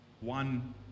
one